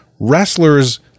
wrestlers